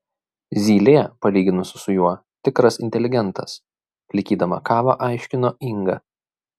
zylė palyginus su juo tikras inteligentas plikydama kavą aiškino inga